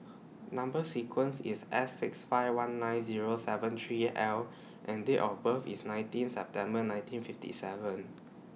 Number sequence IS S six five one nine Zero seven three L and Date of birth IS nineteen September nineteen fifty seven